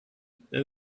then